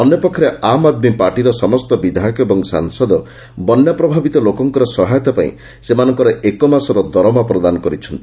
ଅନ୍ୟପକ୍ଷରେ ଆମ୍ ଆଦ୍ମୀ ପାର୍ଟିର ସମସ୍ତ ବିଧାୟକ ଏବଂ ସାଂସଦ ବନ୍ୟା ପ୍ରଭାବିତ ଲୋକଙ୍କର ସହାୟତା ପାଇଁ ସେମାନଙ୍କର ଏକ ମାସର ଦରମା ପ୍ରଦାନ କରିଛନ୍ତି